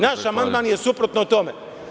Naš amandman je suprotno o tome.